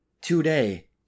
today